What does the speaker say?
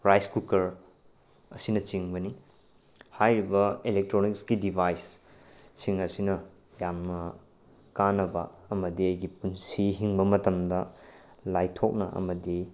rice cooker ꯑꯁꯤꯅꯆꯤꯡꯕꯅꯤ ꯍꯥꯏꯔꯤꯕ ꯑꯦꯂꯦꯛꯇ꯭ꯔꯣꯅꯤꯛꯁꯀꯤ ꯗꯤꯚꯥꯏꯁꯁꯤꯡ ꯑꯁꯤꯅ ꯌꯥꯝꯅ ꯀꯥꯟꯅꯕ ꯑꯃꯗꯤ ꯑꯩꯒꯤ ꯄꯨꯟꯁꯤ ꯍꯤꯡꯕ ꯃꯇꯝꯗ ꯂꯥꯏꯊꯣꯛꯅ ꯑꯃꯗꯤ